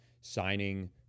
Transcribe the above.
signing